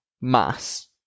mass